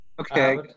Okay